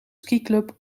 skiclub